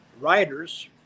writers